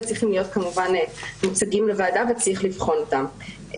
צריכים להיות כמובן מוצגים לוועדה וצריך לבחון אותם.